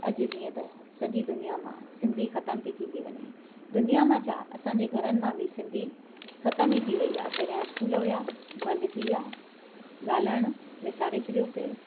अॼु जीअं त सॼी दुनिया मां सिंधी ख़तमु थी थींदी वञे दुनिया मां छा असांजे घरनि मां बि सिंधी ख़तम ई थी वही आहे पंहिंजा स्कूल हुया बंदि थी विया ॻाल्हाइणु विसारे छॾियोसीं